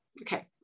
okay